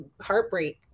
heartbreak